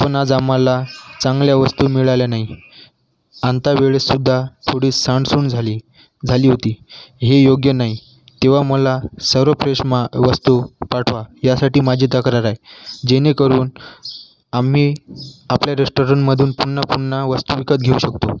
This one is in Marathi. पण आज आम्हाला चांगल्या वस्तू मिळाल्या नाही आणता वेळेस सुद्धा थोडी सांडसुंड झाली झाली होती हे योग्य नाही तेव्हा मला सर्व फ्रेश मा वस्तू पाठवा यासाठी माझी तक्रार आहे जेणेकरून आम्ही आपल्या रेस्टोरंटमधून पुन्हा पुन्हा वस्तू विकत घेऊ शकतो